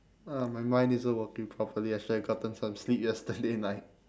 uh my mind isn't working properly I should have gotten some sleep yesterday night